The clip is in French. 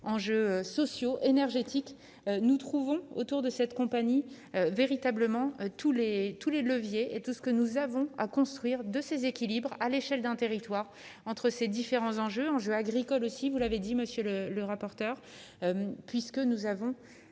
enjeux sociaux énergétique nous trouvons autour de cette compagnie véritablement tous les tous les leviers et tous ce que nous avons à construire de ses équilibres à l'échelle d'un territoire entre ces différents enjeux enjeux agricoles aussi vous l'avez dit, monsieur le rapporteur, puisque nous avons